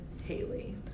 Haley